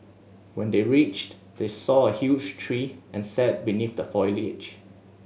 when they reached they saw a huge tree and sat beneath the foliage